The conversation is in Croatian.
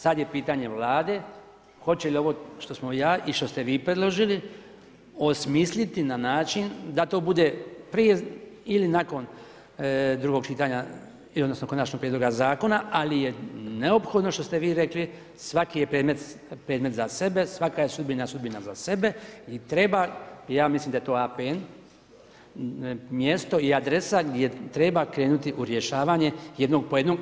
Sad je pitanje Vlade hoće li ovo što smo ja i što ste vi predložili osmisliti na način da to bude prije ili nakon 2. čitanja, odnosno konačnog Prijedloga zakona, ali je neophodno, što se vi rekli, svaki je predmet za sebe, svaka je sudbina sudbina za sebe i treba, ja mislim da je to APN mjesto i adresa gdje treba krenuti u rješavanje jednog po jednog.